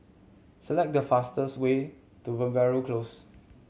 select the fastest way to Veeragoo Close